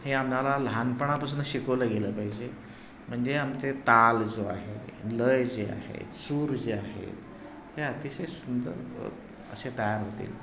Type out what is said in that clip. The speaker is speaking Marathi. हे आम्हाला लहानपणापासून शिकवलं गेलं पाहिजे म्हणजे आमचे ताल जो आहे लय जे आहे सूर जे आहे हे अतिशय सुंदर असे तयार होतील